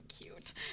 cute